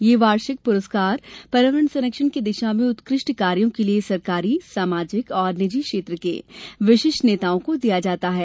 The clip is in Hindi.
यह वार्षिक पुरस्कार पर्यावरण संरक्षण की दिशा में उत्कृष्ट कार्यो के लिए सरकारी सामाजिक और निजी क्षेत्र के विशिष्ट नेताओं को दिया जाता है